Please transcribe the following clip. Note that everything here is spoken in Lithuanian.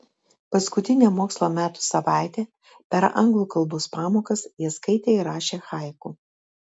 paskutinę mokslo metų savaitę per anglų kalbos pamokas jie skaitė ir rašė haiku